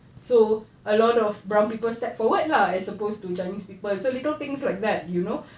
so a lot of brown people step forward lah as supposed to chinese people little things like that you know